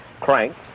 cranks